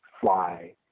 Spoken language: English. fly